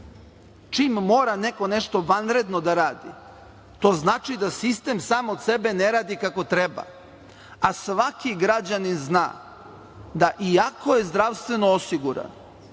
čim mora neko nešto vanredno da radi. To znači da sistem sam od sebe ne radi kako treba. Svaki građanin zna da iako je zdravstveno osiguran,